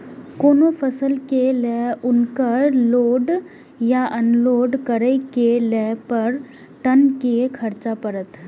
कोनो फसल के लेल उनकर लोड या अनलोड करे के लेल पर टन कि खर्च परत?